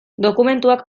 dokumentuak